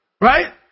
right